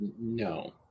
No